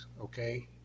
okay